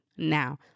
Now